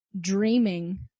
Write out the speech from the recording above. dreaming